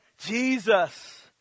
Jesus